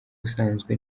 usanzwe